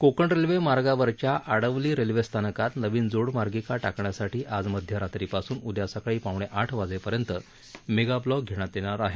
Konkan railway मार्गावरच्या आडवली रेल्वेस्थानकात नवीन जोडमार्गिका टाकण्यासाठी आज मध्यरात्रीपासून उदया सकाळी पावणे आठ वाजेपर्यंत मेगाब्लॉक घेण्यात येणार आहे